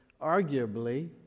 arguably